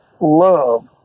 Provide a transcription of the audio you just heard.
love